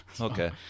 okay